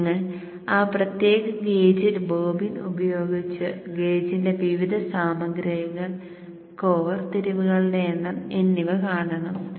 നിങ്ങൾ ആ പ്രത്യേക ഗേജ് ബോബിൻ ഉപയോഗിച്ച് ഗേജിന്റെ വിവിധ സാമഗ്രികൾ കോർ തിരിവുകളുടെ എണ്ണം എന്നിവ കാണണം